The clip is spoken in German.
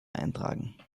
eintragen